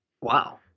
Wow